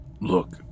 Look